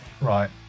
right